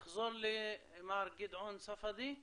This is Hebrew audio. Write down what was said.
זה תפקיד מאוד משמעותי,